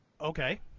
Okay